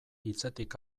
hitzetik